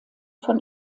von